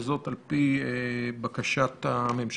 וזאת על פי בקשת הממשלה,